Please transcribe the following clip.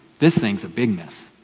this thing is a big mess.